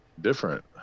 different